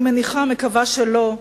אני מניחה-מקווה שלא,